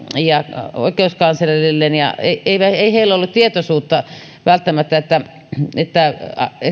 ja oikeuskanslerille ja he eivät välttämättä olleet tietoisia siitä että